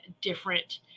different